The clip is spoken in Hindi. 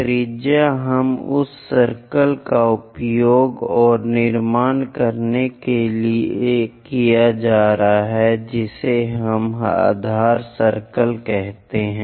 त्रिज्या हम उस सर्कल का उपयोग और निर्माण करने जा रहे हैं जिसे हम आधार सर्कल कहते हैं